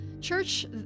church